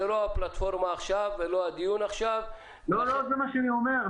לא הפלטפורמה עכשיו ולא הדיון עכשיו --- לא זה מה שאני אומר,